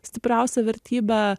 stipriausia vertybė